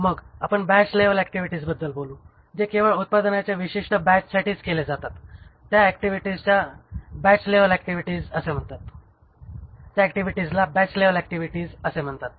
मग आपण batch level ऍक्टिव्हिटीजबद्दल बोलू जे केवळ उत्पादनाच्या विशिष्ट बॅचसाठीच केले जातात त्या ऍक्टिव्हिटीजला बॅच लेवल ऍक्टिव्हिटीज असे म्हणतात